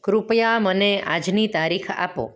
કૃપયા મને આજની તારીખ આપો